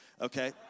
okay